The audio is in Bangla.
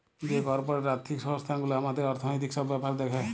যে কর্পরেট আর্থিক সংস্থান গুলা হামাদের অর্থনৈতিক সব ব্যাপার দ্যাখে